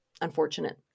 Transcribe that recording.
unfortunate